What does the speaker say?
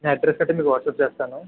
మీ address పెట్టండి WhatsApp చేస్తాను